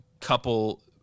couple